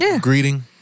greeting